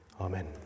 Amen